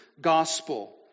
gospel